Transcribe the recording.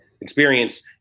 experience